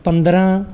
ਪੰਦਰਾਂ